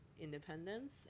independence